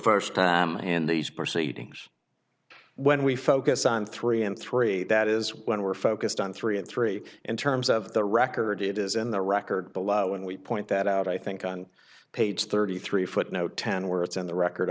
first time and these proceedings when we focus on three and three that is when we're focused on three and three in terms of the record it is in the record below and we point that out i think on page thirty three footnote ten where it's in the record